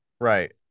right